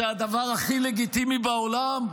זה הדבר הכי לגיטימי בעולם.